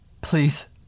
Please